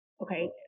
Okay